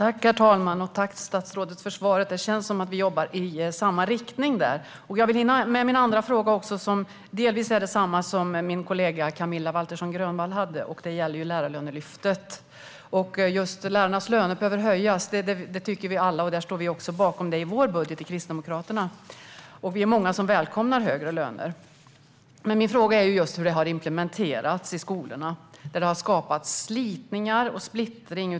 Herr talman! Jag tackar statsrådet för svaret. Det känns som att vi jobbar i samma riktning. Jag vill hinna med min andra fråga också, som delvis berör det som min kollega Camilla Waltersson Grönvall tog upp. Frågan gäller Lärarlönelyftet. Lärarnas löner behöver höjas - det tycker vi alla, och vi i Kristdemokraterna står också bakom detta i vår budget. Vi är många som välkomnar högre löner. Min fråga är hur detta har implementerats i skolorna, där det har skapat slitningar och splittring.